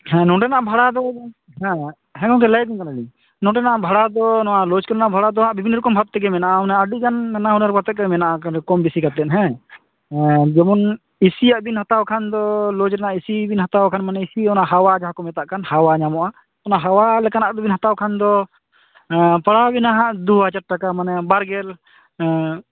ᱦᱮᱸ ᱱᱚᱸᱰᱮᱱᱟᱜ ᱵᱷᱟᱲᱟ ᱫᱚ ᱦᱮᱸ ᱦᱮᱸ ᱜᱚᱝᱠᱮ ᱞᱟᱹᱭᱟᱵᱮᱱ ᱠᱟᱱᱟ ᱞᱤᱧ ᱱᱚᱸᱰᱮ ᱱᱟᱜ ᱵᱷᱟᱲᱟ ᱫᱚ ᱱᱚᱣᱟ ᱞᱚᱡ ᱠᱚᱨᱮᱱᱟᱜ ᱵᱷᱟᱲᱟ ᱫᱚ ᱵᱤᱵᱷᱤᱱᱱᱚ ᱨᱚᱠᱚᱢ ᱵᱷᱟᱵ ᱛᱮᱜᱮ ᱢᱮᱱᱟᱜᱼᱟ ᱟᱹᱰᱤ ᱜᱟᱱ ᱱᱟᱱᱟᱦᱩᱱᱟᱹᱨ ᱜᱚᱛᱮ ᱜᱮ ᱢᱮᱱᱟᱜᱼᱟ ᱟᱠᱟᱫᱟ ᱠᱚᱢ ᱵᱤᱥᱤ ᱠᱟᱛᱮᱫ ᱦᱮᱸ ᱡᱮᱢᱚᱱ ᱮ ᱥᱤ ᱭᱟᱜ ᱵᱮᱱ ᱦᱟᱛᱟᱣ ᱠᱷᱟᱱ ᱫᱚ ᱞᱚᱡ ᱨᱮᱱᱟᱜ ᱮ ᱥᱤ ᱵᱤᱱ ᱦᱟᱛᱟᱣ ᱠᱷᱟᱱ ᱢᱟᱱᱮ ᱮ ᱥᱤ ᱚᱱᱟ ᱦᱟᱣᱟ ᱡᱟᱦᱟᱸ ᱠᱚ ᱢᱮᱛᱟᱜ ᱠᱟᱱᱟ ᱦᱟᱣᱟ ᱧᱟᱢᱚᱜᱼᱟ ᱚᱱᱟ ᱦᱟᱣᱟ ᱞᱮᱠᱟᱱᱟᱜ ᱫᱚ ᱵᱚᱱᱮᱱ ᱦᱟᱛᱟᱣ ᱠᱷᱟᱱ ᱫᱚ ᱯᱟᱲᱟᱣ ᱵᱮᱱᱟᱜ ᱦᱟᱜ ᱫᱩ ᱦᱟᱡᱟᱨ ᱴᱟᱠᱟ ᱢᱟᱱᱮ ᱵᱟᱨ ᱜᱮᱞ